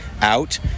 out